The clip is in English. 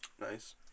Nice